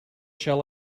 shall